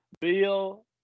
Bill